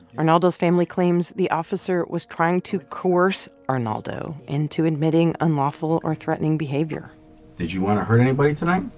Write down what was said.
arnaldo's family claims the officer was trying to coerce arnaldo into admitting unlawful or threatening behavior did you want to hurt anybody tonight?